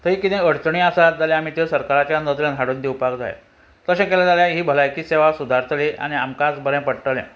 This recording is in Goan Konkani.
थंय कितें अडचणी आसात जाल्यार आमी त्यो सरकाराच्या नदरेन हाडून दिवपाक जाय तशें केलें जाल्यार ही भलायकी सेवा सुदारतली आनी आमकांच बरें पडटलें